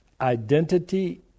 identity